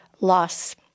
loss